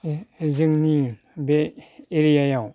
एह जोंनि बे एरियाआव